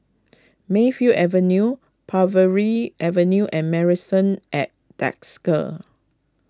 Mayfield Avenue Parbury Avenue and Marrison at Desker